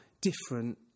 different